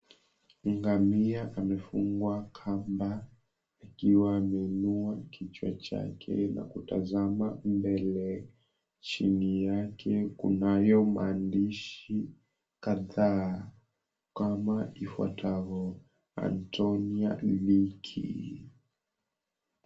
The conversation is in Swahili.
Ngamia akiwa amefungwa kamba kichwani mwake akiwa anatazama mbele, chini yake kunayo maandishi kadhaa kama ifuatavyo, "Antonia Niki".